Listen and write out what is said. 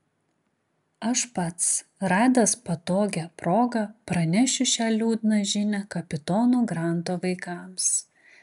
aš pats radęs patogią progą pranešiu šią liūdną žinią kapitono granto vaikams